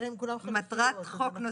מי בעד ההסתייגות, מי